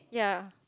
ya